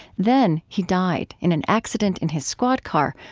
then he died in an accident in his squad car,